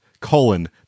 colon